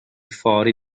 fori